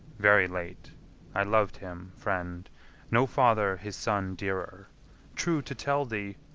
very late i lov'd him, friend no father his son dearer true to tell thee,